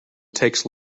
takes